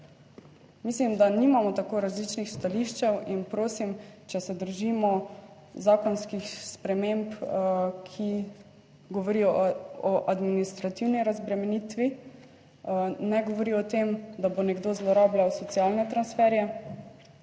Mislim, da nimamo tako različnih stališč in prosim, če se držimo zakonskih sprememb, ki govorijo o administrativni razbremenitvi. Ne govori o tem, da bo nekdo zlorabljal socialne transferje